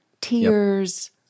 tears